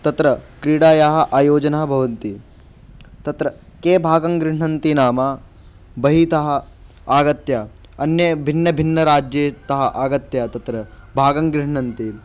तत्र क्रीडायाः आयोजनं भवति तत्र के भागं गृह्णन्ति नाम बाह्यतः आगत्य अन्ये भिन्नभिन्नराज्यतः आगत्य तत्र भागं गृह्णन्ति